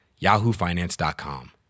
yahoofinance.com